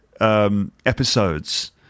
episodes